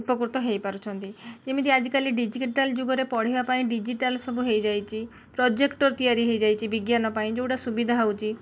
ଉପକୃତ ହେଇପାରୁଛନ୍ତି ଯେମିତି ଆଜିକାଲି ଡିଜିଟାଲ୍ ଯୁଗରେ ପଢ଼ିବା ପାଇଁ ଡିଜିଟାଲ୍ ସବୁ ହେଇଯାଇଛି ପ୍ରୋଜେକ୍ଟର୍ ସବୁ ତିଆରି ହେଇଯାଇଛି ବିଜ୍ଞାନ ପାଇଁ ଯେଉଁଟା ସୁବିଧା ହେଇଯାଉଛି